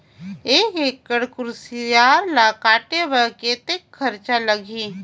एक एकड़ कुसियार ल काटे बर कतेक खरचा लगही?